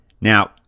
Now